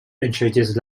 introduced